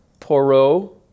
poro